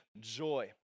joy